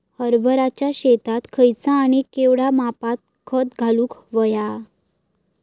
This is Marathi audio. हरभराच्या शेतात खयचा आणि केवढया मापात खत घालुक व्हया?